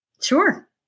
Sure